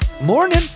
Morning